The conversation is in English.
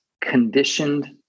conditioned